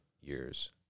years